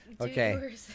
okay